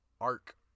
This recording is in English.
arc